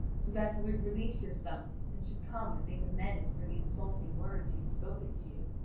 so that he would release your sons and should come and make amends for the insulting words he has spoken to you,